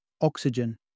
oxygen